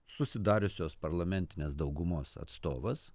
susidariusios parlamentinės daugumos atstovas